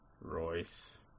Royce